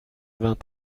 vingt